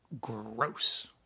gross